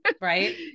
right